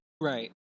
right